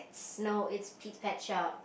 no it's Pete's Pet Shop